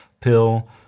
pill